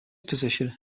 position